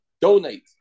donate